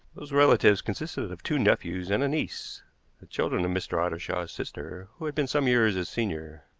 these relatives consisted of two nephews and a niece, the children of mr. ottershaw's sister, who had been some years his senior.